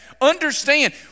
Understand